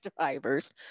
drivers